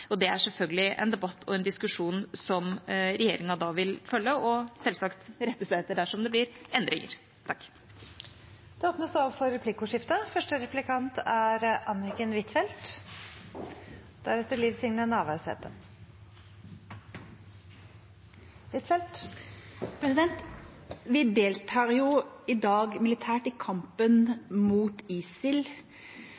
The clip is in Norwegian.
Og det er selvfølgelig en debatt og en diskusjon som regjeringa da vil følge og selvsagt rette seg etter – dersom det blir endringer. Det blir replikkordskifte. Vi deltar i dag militært i kampen